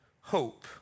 hope